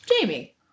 Jamie